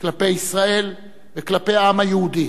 כלפי ישראל וכלפי העם היהודי,